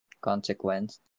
consequence